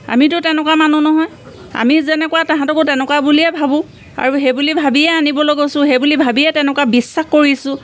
আমিতো তেনেকুৱা মানুহ নহয় আমি যেনেকুৱা তাহাঁতকো তেনেকুৱা বুলিয়ে ভাবোঁ আৰু সেই বুলি ভাবিয়ে আনিবলৈ গৈছোঁ সেই বুলি ভাবিয়ে তেনেকুৱা বিশ্বাস কৰিছোঁ